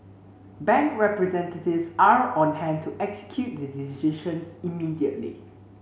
bank representatives are on hand to execute the decisions immediately